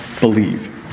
believe